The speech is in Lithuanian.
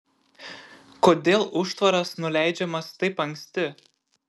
kodėl užtvaras nuleidžiamas taip anksti